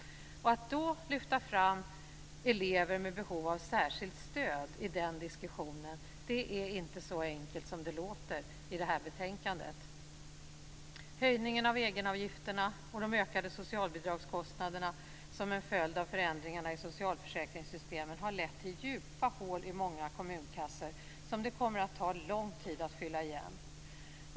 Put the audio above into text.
Att då lyfta fram elever med behov av särskilt stöd i diskussionen är inte så enkelt som det låter i det här betänkandet. Höjningen av egenavgifterna och de ökade socialbidragskostnaderna som en följd av förändringarna i socialförsäkringssystemen har lett till djupa hål i många kommunkassor, som det kommer att ta lång tid att fylla igen.